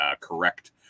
correct